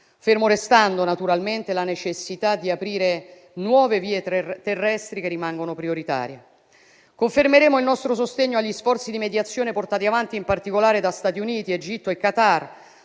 fermo restando naturalmente la necessità di aprire nuove vie terrestri che rimangono prioritarie. Confermeremo il nostro sostegno agli sforzi di mediazione portati avanti in particolare da Stati Uniti, Egitto e Qatar